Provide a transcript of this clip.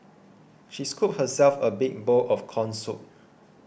she scooped herself a big bowl of Corn Soup